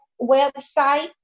website